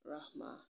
Rahma